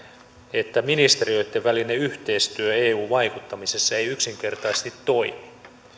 että ministeriöitten välinen yhteistyö eu vaikuttamisessa ei yksinkertaisesti toimi